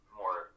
more